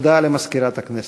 הודעה למזכירת הכנסת.